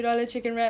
the beef